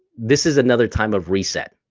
this is another time of reset.